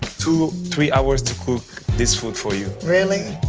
two, three hours to cook this food for you. really?